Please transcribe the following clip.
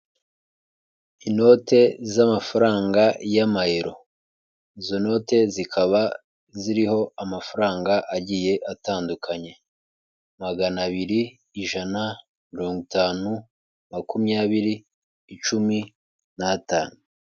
Inote z'amafaranga y'amayero, izo note zikaba ziriho amafaranga agiye atandukanye, magana abiri, ijana, mirongo itanu, makumyabiri, icumi n'atanu.